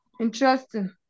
interesting